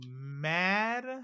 mad